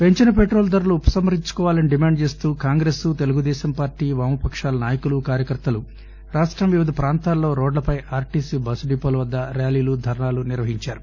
పెంచిన ఇంధనం ధరలు ఉపసంహరించుకోవాలని డిమాండ్ చేస్తూ కాంగ్రెస్ తెలుగుదేశం పార్టీ వామపకాల నాయకులు కార్యకర్తలు రాష్టం వివిధ ప్రాంతాల్లో రోడ్లపై ఆర్టీసీ బస్ డిపోల వద్ద ర్యాలీలు ధర్నాలు నిర్వహించారు